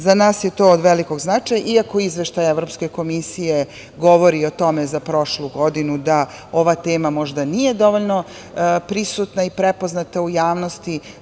Za nas je to od velikog značaja, iako Izveštaj Evropske komisije govori o tome za prošlu godinu da ova tema možda nije dovoljno prisutna i prepoznata u javnosti.